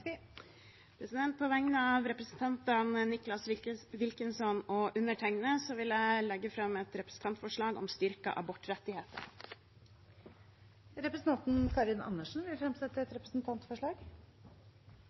På vegne av stortingsrepresentanten Nicholas Wilkinson og meg selv vil jeg legge fram et representantforslag om styrkede abortrettigheter. Representanten Karin Andersen vil fremsette et